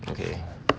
okay